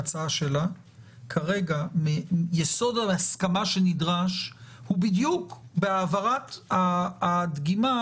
בהצעה שלה כרגע יסוד ההסכמה שנדרש הוא בדיוק בהעברת הדגימה